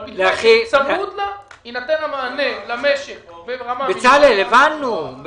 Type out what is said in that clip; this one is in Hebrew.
אבל בתנאי שבצמוד יינתן מענה למשק ברמה מינימלית.